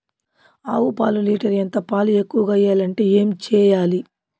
ఆవు పాలు లీటర్ ఎంత? పాలు ఎక్కువగా ఇయ్యాలంటే ఏం చేయాలి?